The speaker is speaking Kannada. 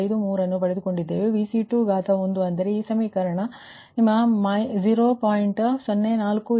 6153 ಅನ್ನು ಪಡೆದುಕೊಂಡಿದ್ದೇವೆ Vc21 ಅಂದರೆ ಈ ಸಮೀಕರಣ ಅಂದರೆ ಈ ಸಮೀಕರಣವು ನಿಮ್ಮ 0